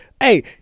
hey